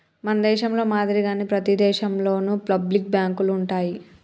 మన దేశంలో మాదిరిగానే ప్రతి దేశంలోను పబ్లిక్ బాంకులు ఉంటాయి